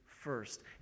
first